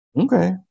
Okay